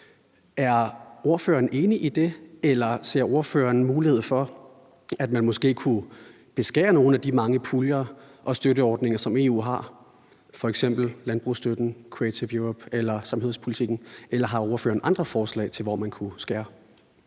Er ordføreren enig i det, eller ser ordføreren en mulighed for, at man måske kunne beskære nogle af de mange puljer og støtteordninger, som EU har, f.eks. landbrugsstøtten, Creative Europe eller samhørighedspolitikken, eller har ordføreren andre forslag til, hvor man kunne skære